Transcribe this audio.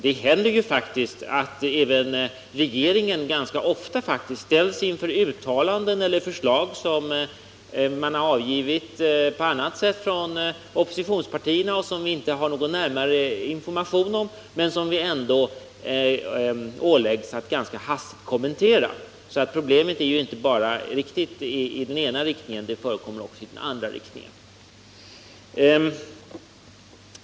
Det händer faktiskt att regeringen ganska ofta ställs inför uttalanden eller förslag som oppositionspartierna avgivit och som vi inte fått någon närmare information om men som vi ändå åläggs att ganska hastigt kommentera. Problemet finns ju inte bara i den ena riktningen — det förekommer också i den andra riktningen.